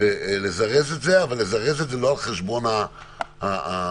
לזרז את זה, אבל לא על חשבון --- המהות.